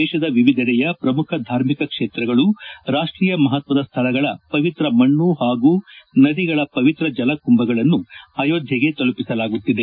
ದೇಶದ ವಿವಿಧೆಡೆಯ ಪ್ರಮುಖ ಧಾರ್ಮಿಕ ಕ್ಷೇತ್ರಗಳು ರಾಷ್ಷೀಯ ಮಹತ್ವದ ಸ್ವಳಗಳ ಪವಿತ್ರ ಮಣ್ಣ ಹಾಗೂ ನದಿಗಳ ಪವಿತ್ರ ಜಲ ಕುಂಭಗಳನ್ನು ಅಯೋಧ್ಲೆಗೆ ತಲುಪಿಸಲಾಗುತ್ತಿದೆ